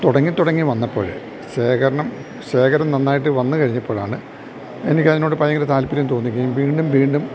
തുടങ്ങി തുടങ്ങി വന്നപ്പഴ് ശേഖരണം ശേഖരം നന്നായിട്ട് വന്ന് കഴിഞ്ഞപ്പോഴാണ് എനിക്കതിനോട് ഭയങ്കര താല്പര്യം തോന്നുകയും വീണ്ടും വീണ്ടും